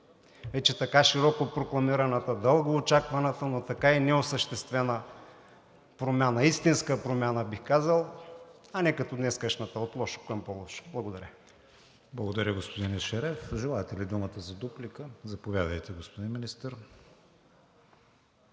така широко прокламираната, дълго очакваната, но така и неосъществена промяна, истинска промяна, бих казал, а не като днешната – от лошо към по-лошо. Благодаря. ПРЕДСЕДАТЕЛ КРИСТИАН ВИГЕНИН: Благодаря, господин Ешереф. Желаете ли думата за дуплика? Заповядайте, господин Министър.